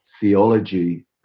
theology